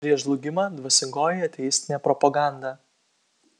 prieš žlugimą dvasingoji ateistinė propaganda